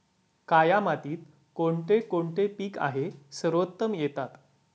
काया मातीत कोणते कोणते पीक आहे सर्वोत्तम येतात?